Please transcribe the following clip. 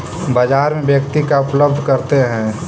बाजार में व्यक्ति का उपलब्ध करते हैं?